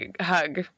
hug